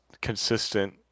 consistent